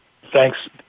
Thanks